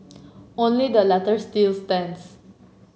only the latter still stands